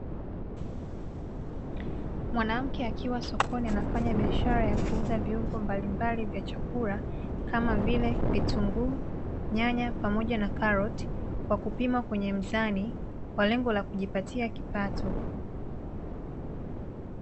Mwanamke akiwa sokoni anafanya biashara ya kuuza viungo mbalimbali vya chakula, kama vile vitunguu, nyanya pamoja na karoti kwa kupima kwenye mizani kwa lengo la kujipatia kipato.